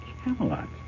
Camelot